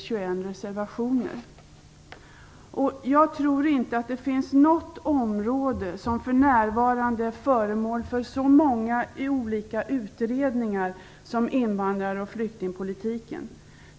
Jag tror inte att det finns något område som för närvarande är föremål för så många olika utredningar som invandrar och flyktingpolitiken.